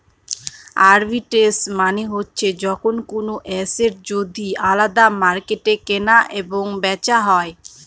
arbitrage মানে হচ্ছে যখন কোনো এসেট যদি আলাদা মার্কেটে কেনা এবং বেচা হয়